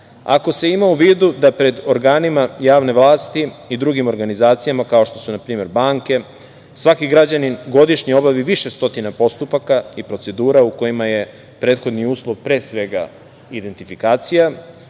se ima u vidu da pred organima druge vlasti i drugim organizacijama, kao što su na primer, banke, svaki građanin godišnje obavi više stotina postupaka i procedura u kojima je prethodni uslov, pre svega identifikacija,